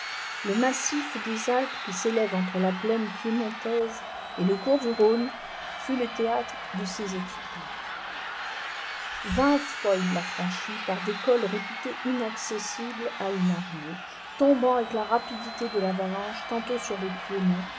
le massif des alpes qui s'élève entre la plaine piémontaisc et le cours du rhône fut le théâtre de ses exploits vingt fois digitized by google il ta franchi par des cols réputés inaccessibles à une armée tombant avec la rapidité de l'avalanche tantôt sur le